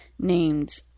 named